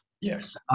Yes